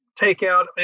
takeout